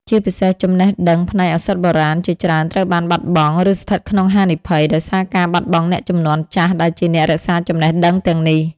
ជាពិសេស ចំណេះដឹងផ្នែកឱសថបុរាណជាច្រើនត្រូវបានបាត់បង់ ឬស្ថិតក្នុងហានិភ័យ ដោយសារការបាត់បង់អ្នកជំនាន់ចាស់ដែលជាអ្នករក្សាចំណេះដឹងទាំងនេះ។